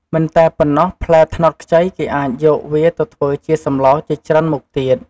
មិនតែប៉ុណ្ណោះ ផ្លែត្នោតខ្ចីគេអាច យកវាទៅធ្វើជាសម្លជាច្រើនមុខទៀត។